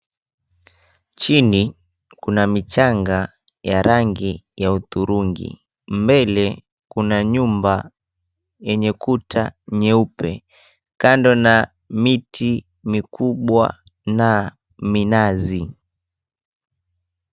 Chini kuna michanga ya rangi ya hudhurungi. Mbele kuna nyumba yenye kuta nyeupe kando na miti mikubwa na minazi.